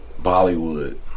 Bollywood